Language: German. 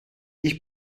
ich